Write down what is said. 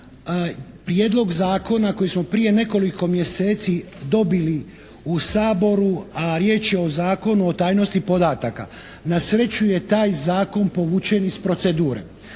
prijedlog zakona koji smo prije nekoliko mjeseci dobili u Saboru, a riječ je o Zakonu o tajnosti podataka. Na sreću je taj zakon povučen iz procedure.